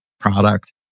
product